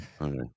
Okay